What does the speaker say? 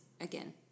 again